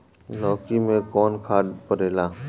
लौकी में कौन खाद पड़ेला?